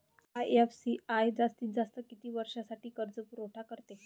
IFCI जास्तीत जास्त किती वर्षासाठी कर्जपुरवठा करते?